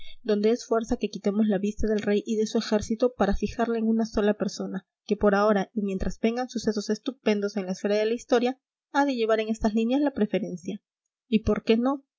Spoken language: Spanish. donde es fuerza que quitemos la vista del rey y de su ejército para fijarla en una sola persona que por ahora y mientras vengan sucesos estupendos en la esfera de la historia ha de llevar en estas líneas la preferencia y por qué no